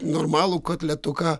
normalų kotletuką